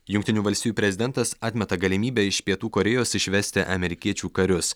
jungtinių valstijų prezidentas atmeta galimybę iš pietų korėjos išvesti amerikiečių karius